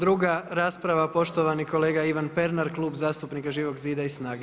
Druga rasprava poštovani kolega Ivan Pernar, Klub zastupnika Živog zida i SNAGA-e.